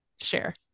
share